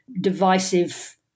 divisive